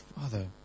father